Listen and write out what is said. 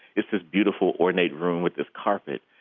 it's this beautiful, ornate room with this carpet.